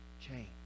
change